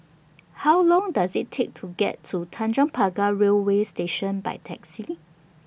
How Long Does IT Take to get to Tanjong Pagar Railway Station By Taxi